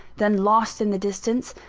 then lost in the distance